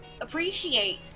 appreciate